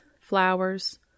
flowers